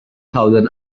thousand